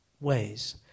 ways